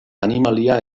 animalia